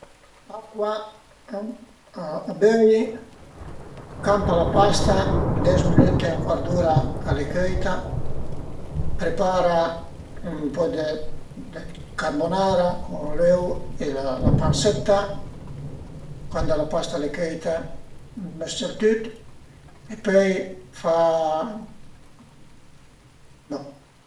Acua a böi, campa la pasta, ën des minüte, ün cuart d'ura al e cöita, prepara ën po dë carbonara cun l'öu e la pansëtta, cuand la pasta al e cöita, mës-cé tüt e pöi fa, bon